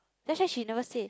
that's why she never say